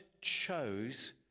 chose